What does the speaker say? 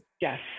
yes